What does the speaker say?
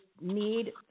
need